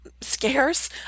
scarce